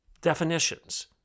Definitions